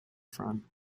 front